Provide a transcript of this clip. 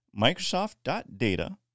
Microsoft.data